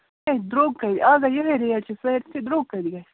درٛۅگ کٔہۍ اَز ہَے یِہَے ریٹ چھِ سٲرسٕے درٛۅگ کتہِ گژھِ